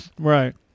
Right